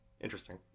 Interesting